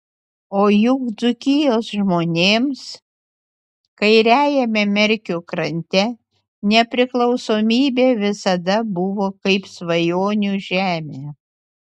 o juk dzūkijos žmonėms kairiajame merkio krante nepriklausomybė visada buvo kaip svajonių žemė